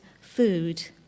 food